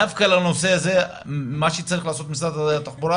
דווקא בנושא הזה מה שצריך לעשות משרד התחבורה